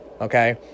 Okay